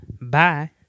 Bye